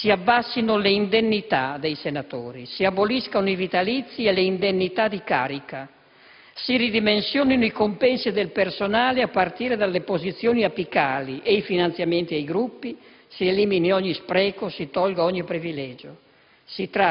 Si abbassino le indennità dei senatori; si aboliscano i vitalizi e le indennità di carica; si ridimensionino i compensi del personale, a partire dalle posizioni apicali, e i finanziamenti ai Gruppi; si elimini ogni spreco; si tolga ogni privilegio.